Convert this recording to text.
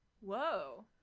Whoa